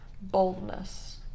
Boldness